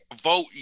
vote